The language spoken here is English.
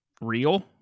real